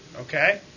Okay